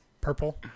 purple